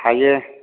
हायो